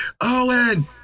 Owen